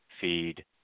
feed